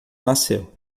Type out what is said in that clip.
nasceu